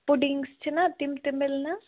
puddings چھِنا تِم تہٕ مِلناہ